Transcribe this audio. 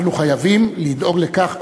אנחנו חייבים לדאוג לכך,